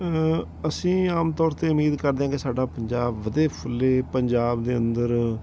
ਅਸੀਂ ਆਮ ਤੌਰ 'ਤੇ ਉਮੀਦ ਕਰਦੇ ਹਾਂ ਕਿ ਸਾਡਾ ਪੰਜਾਬ ਵਧੇ ਫੁੱਲੇ ਪੰਜਾਬ ਦੇ ਅੰਦਰ